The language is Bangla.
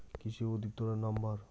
কৃষি অধিকর্তার নাম্বার?